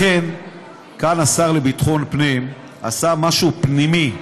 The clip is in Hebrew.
כאן השר לביטחון הפנים עשה משהו פנימי.